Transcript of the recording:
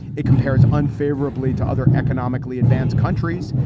it compares unfavorably to other economically advanced countries.